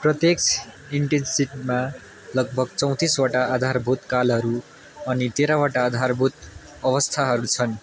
प्रत्यक्ष इन्टेन्सिभमा लगभग चौँतिसवटा आधारभूत कालहरू र तेह्रवटा आधारभूत अवस्थाहरू छन्